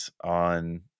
on